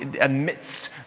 amidst